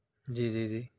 جی جی جی